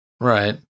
Right